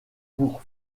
pour